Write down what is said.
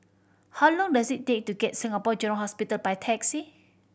how long does it take to get Singapore General Hospital by taxi